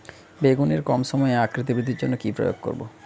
বেগুনের কম সময়ে আকৃতি বৃদ্ধির জন্য কি প্রয়োগ করব?